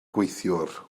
gweithiwr